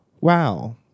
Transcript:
wow